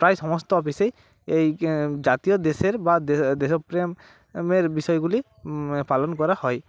প্রায় সমস্ত অফিসেই এই জাতীয় দেশের বা দেশপ্রেম প্রেমের বিষয়গুলি পালন করা হয়